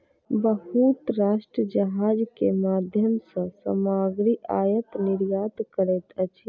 बहुत राष्ट्र जहाज के माध्यम सॅ सामग्री आयत निर्यात करैत अछि